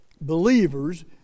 believers